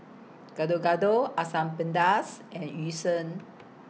Gado Gado Asam Pedas and Yu Sheng